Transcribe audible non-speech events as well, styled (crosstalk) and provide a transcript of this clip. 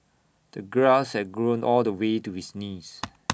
the grass had grown all the way to his knees (noise)